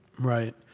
Right